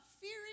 fearing